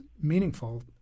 meaningful